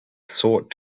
sought